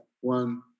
one